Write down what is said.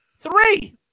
Three